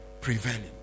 prevailing